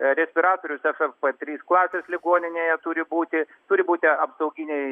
respiratorius sfp trys klasės ligoninėje turi būti turi būti apsauginiai